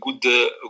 good